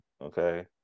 okay